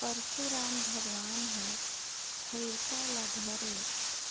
परसुराम भगवान हर फइरसा ल धरे